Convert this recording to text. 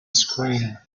screen